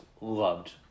loved